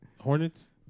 Hornets